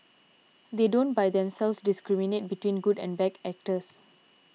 they don't by themselves discriminate between good and bad actors